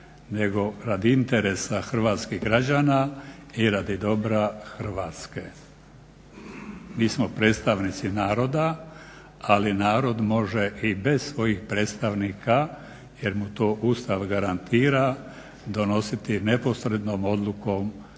nego radi interesa hrvatskih građana i radi dobra Hrvatske. Mi smo predstavnici naroda, ali narod može i bez svojih predstavnika jer mu to Ustav garantira, donositi neposrednom odlukom